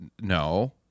no